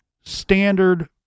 standard